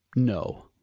no!